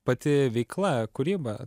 pati veikla kūryba